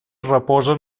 reposen